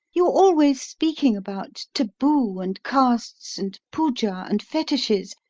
you're always speaking about taboo, and castes, and poojah, and fetiches,